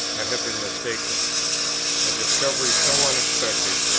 i have been mistaken a discovery so unexpected,